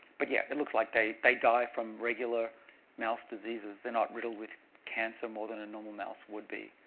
but yeah, it looks like they they die from regular mouse diseases. they're not riddled with cancer more than a normal mouse would be.